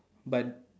but